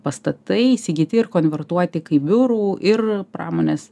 pastatai įsigyti ir konvertuoti kaip biurų ir pramonės